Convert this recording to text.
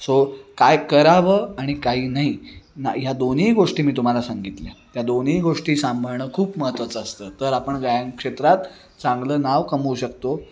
so काय करावं आणि काही नाही ह्या दोन्ही गोष्टी मी तुम्हाला सांगितल्या त्या दोन्ही गोष्टी सांभाळणं खूप महत्त्वाचं असतं तर आपण गायनक्षेत्रात चांगलं नाव कमवू शकतो